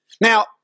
Now